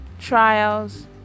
trials